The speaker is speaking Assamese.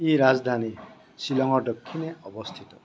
ই ৰাজধানী শ্বিলঙৰ দক্ষিণে অৱস্থিত